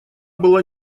была